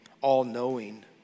all-knowing